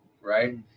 right